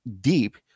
deep